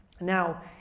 Now